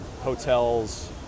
hotels